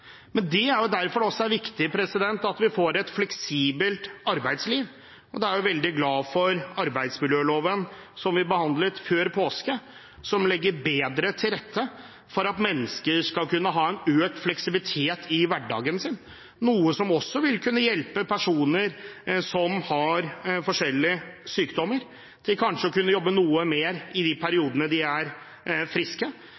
Det er derfor det også er viktig at vi får et fleksibelt arbeidsliv. Da er vi veldig glad for arbeidsmiljøloven, som vi behandlet før påske, og som legger bedre til rette for at mennesker skal kunne ha en økt fleksibilitet i hverdagen, noe som også vil kunne hjelpe personer som har forskjellige sykdommer, til kanskje å kunne jobbe noe mer i de periodene de er friske,